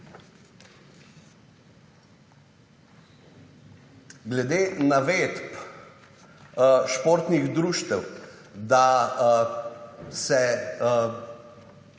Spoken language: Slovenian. Glede navedb športnih društev, da se